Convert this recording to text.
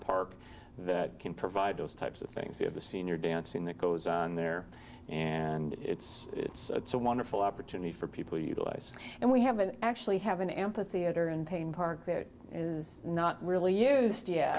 park that can provide those types of things you have the senior dancing that goes on there and it's a wonderful opportunity for people utilize and we haven't actually have an amp a theater in pain park that is not really used yeah